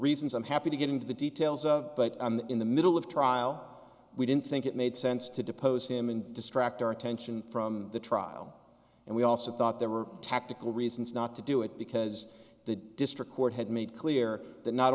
reasons i'm happy to get into the details of but in the middle of trial we didn't think it made sense to depose him and distract our attention from the trial and we also thought there were tactical reasons not to do it because the district court had made clear that not